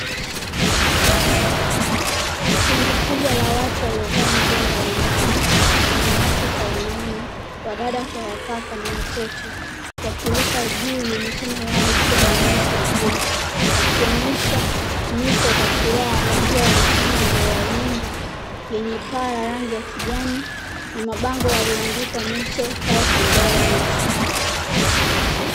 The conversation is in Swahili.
Kundi kubwa la watu waliovaa nguo mbalimbali, wanawake kwa wanaume, wadada kwa wakaka, na watoto wakiruka juu na mikono yao ikiwa imenyoshwa juu wakionyesha nyuso za furaha wakiwa wamesimama mbele ya nyumba yenye paa la rangi ya kijani na mabango yaliyoandikwa: mental health and wellness.